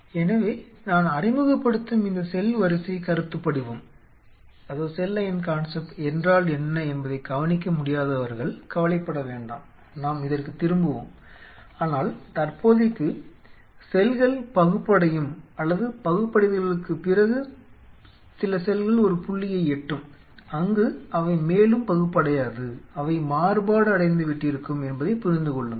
எனவே நான் அறிமுகப்படுத்தும் இந்த செல் வரிசை கருத்துப்படிவம் என்றால் என்ன என்பதைக் கவனிக்க முடியாதவர்கள் கவலைப்பட வேண்டாம் நாம் இதற்குத் திரும்புவோம் ஆனால் தற்போதைக்கு செல்கள் பகுப்படையும் அல்லது பகுப்படைதல்களுக்குப் பிறகு சில செல்கள் ஒரு புள்ளியை எட்டும் அங்கு அவை மேலும் பகுப்படையாது அவை மாறுபாடு அடைந்துவிட்டிருக்கும் என்பதை புரிந்து கொள்ளுங்கள்